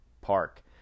park